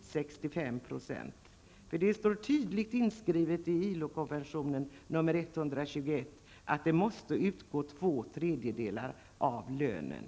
65 %, att man bryter mot ILO-konventionen nr 121, som säger att det måste utgå två tredjedelar av lönen.